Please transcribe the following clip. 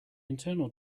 internal